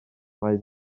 mae